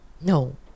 no